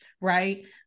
Right